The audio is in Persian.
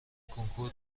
کنکور